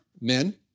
men